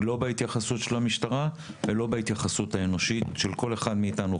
לא בהתייחסות של המשטרה ולא בהתייחסות האנושית של כל אחד מאיתנו,